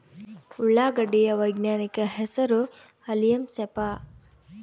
ಉಳ್ಳಾಗಡ್ಡಿ ಯ ವೈಜ್ಞಾನಿಕ ಹೆಸರು ಅಲಿಯಂ ಸೆಪಾ